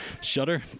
Shudder